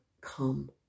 Come